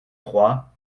trois